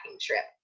trip